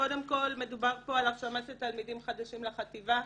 קודם כל מדובר פה על הרשמה של תלמידים חדשים לחטיבה.